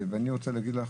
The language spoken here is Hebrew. ואני רוצה להגיד לך